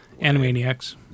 Animaniacs